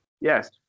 Yes